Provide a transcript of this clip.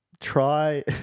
try